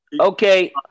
Okay